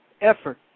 effort